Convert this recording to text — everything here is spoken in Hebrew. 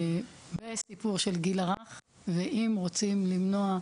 בסיפור של גיל הרך ואם רוצים למנוע,